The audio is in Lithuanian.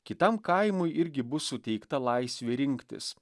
kitam kaimui irgi bus suteikta laisvė rinktis